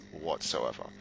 whatsoever